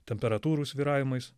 temperatūrų svyravimais